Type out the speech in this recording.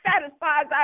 satisfies